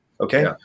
Okay